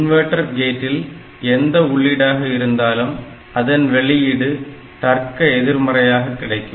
inverter கேட்டில் எந்த உள்ளீடாக இருந்தாலும் அதன் வெளியீடு தர்க எதிர்மறையாக கிடைக்கும்